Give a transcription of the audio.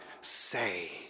say